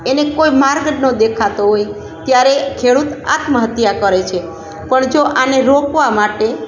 એને કોઈ માર્ગ જ ન દેખાતો હોય ત્યારે ખેડૂત આત્મહત્યા કરે છે પણ જો આને રોકવા માટે